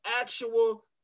actual